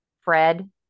Fred